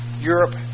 Europe